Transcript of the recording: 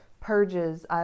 purges